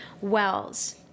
Wells